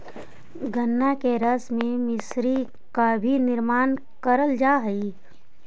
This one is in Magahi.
गन्ना के रस से मिश्री का भी निर्माण करल जा हई